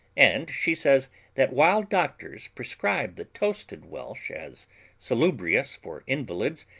and she says that while doctors prescribed the toasted welsh as salubrious for invalids,